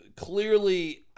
clearly